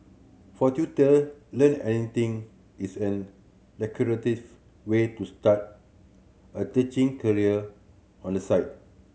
for tutor Learn Anything is an lucrative way to start a teaching career on the side